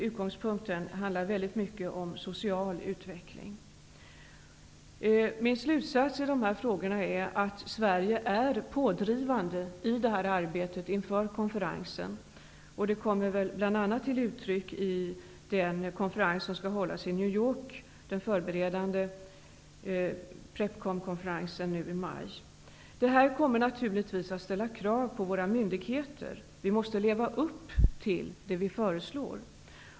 Utgångspunkten är till stor del en fråga om social utveckling. Min slutsats i dessa frågor är att Sverige är pådrivande i arbetet inför konferensen. Det kommer bl.a. till uttryck i den Prepcon-konferens som skall hållas i New York i maj. Det här kommer naturligtvis att ställa krav på våra myndigheter. Vi måste leva upp till det vi föreslår.